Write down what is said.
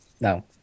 no